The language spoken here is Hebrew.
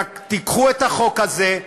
תיקחו את החוק הזה,